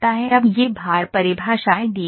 अब ये भार परिभाषाएँ दी गई हैं